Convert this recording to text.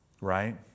Right